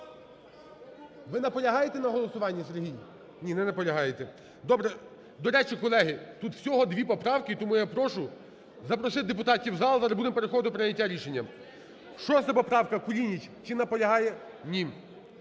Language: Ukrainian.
Ви наполягаєте на голосуванні, Сергій. Ні, не наполягаєте. Добре. До речі, колеги, тут всього дві поправки і тому я прошу запросити депутатів в зал, зараз будемо переходити до прийняття рішення. 6 поправка, Кулініч. Чи наполягає? Ні.